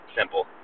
simple